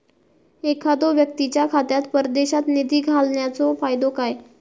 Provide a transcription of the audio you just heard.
एखादो व्यक्तीच्या खात्यात परदेशात निधी घालन्याचो फायदो काय?